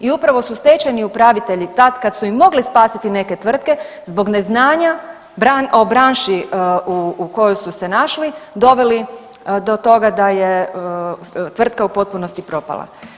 I upravo su stečajni upravitelji tad kad su i mogli spasiti neke tvrtke zbog neznanja o branši u kojoj su se našli doveli do toga da je tvrtka u potpunosti propala.